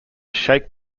shake